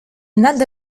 nad